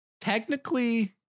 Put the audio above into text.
Technically